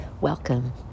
welcome